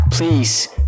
Please